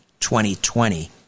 2020